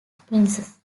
princes